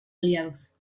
aliados